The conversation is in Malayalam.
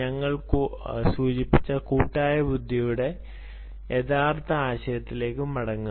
ഞങ്ങൾ സൂചിപ്പിച്ച കൂട്ടായ ബുദ്ധിയുടെ യഥാർത്ഥ ആശയത്തിലേക്ക് മടങ്ങുക